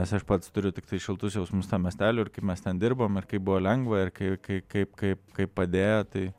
nes aš pats turiu tiktai šiltus jausmus tam miesteliui ir kaip mes ten dirbom ir kaip buvo lengva ir kai kai kaip kaip kaip padėjo tai